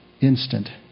instant